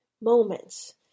moments